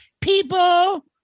People